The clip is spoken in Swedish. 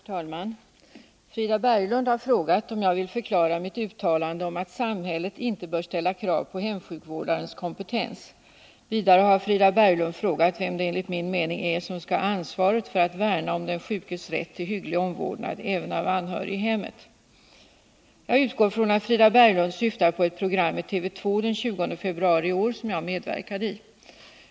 Herr talman! Frida Berglund har frågat om jag vill förklara mitt uttalande om att samhället inte bör ställa krav på hemsjukvårdarnas kompetens. Vidare har Frida Berglund frågat vem det enligt min mening är som skall ha ansvaret för att värna om den sjukes rätt till hygglig omvårdnad även av anhörig i hemmet. Jag utgår från att Frida Berglund syftar på ett program i TV 2 den 20 februari i år som jag medverkade i.